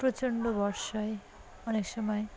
প্রচণ্ড বর্ষায় অনেক সময়